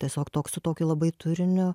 tiesiog toks su tokiu labai turiniu